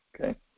okay